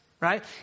Right